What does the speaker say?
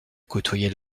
côtoyait